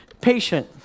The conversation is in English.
patient